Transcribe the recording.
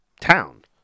town